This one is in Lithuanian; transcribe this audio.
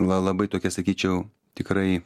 la labai tokia sakyčiau tikrai